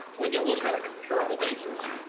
when you look on a comparable basis,